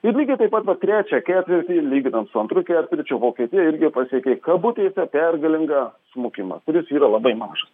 ir lygiai taip pat vat trečią ketvirtį lyginant su antru ketvirčiu vokietija irgi pasiekė kabutėse pergalingą smukimą kuris yra labai mažas